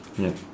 yup